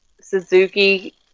Suzuki